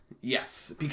Yes